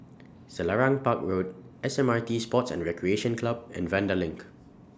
Selarang Park Road S M R T Sports and Recreation Club and Vanda LINK